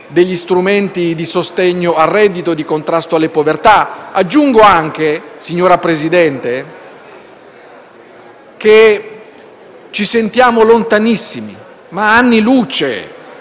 degli strumenti di sostegno al reddito e di contrasto alle povertà. Aggiungo anche, signor Presidente, che ci sentiamo lontanissimi anni luce